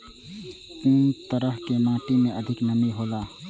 कुन तरह के माटी में अधिक नमी हौला?